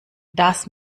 das